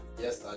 Yes